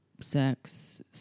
sex